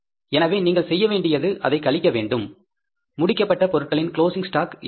எனவே நீங்கள் செய்ய வேண்டியது அதை கழிக்கவேண்டும் முடிக்கப்பட்ட பொருட்களின் க்ளோஸிங் ஸ்டாக் எவ்வளவு